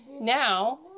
now